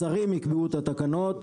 השרים יקבעו את התקנות.